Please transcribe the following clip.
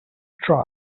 try